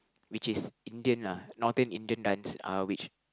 which is Indian lah Northern Indian dance uh which